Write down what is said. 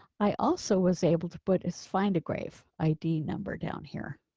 i also was able to put as. find a grave id number down here.